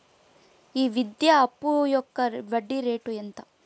ఈ విద్యా అప్పు యొక్క వడ్డీ రేటు ఎంత?